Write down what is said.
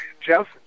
Jeff